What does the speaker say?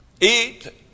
Eat